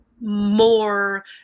more